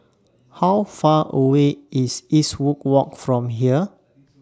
How Far away IS Eastwood Walk from here